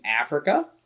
Africa